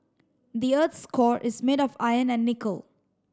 the earth's core is made of iron and nickel